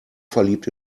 verliebt